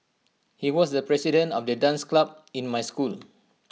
he was the president of the dance club in my school